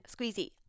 squeezy